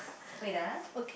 wait ah